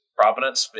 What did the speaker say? providence